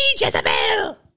Jezebel